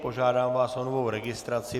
Požádám vás o novou registraci.